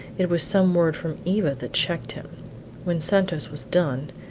it was some word from eva that checked him when santos was done,